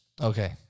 Okay